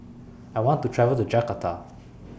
I want to travel to Jakarta